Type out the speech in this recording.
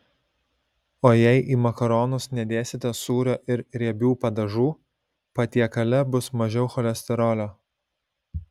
o jei į makaronus nedėsite sūrio ir riebių padažų patiekale bus mažiau cholesterolio